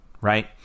right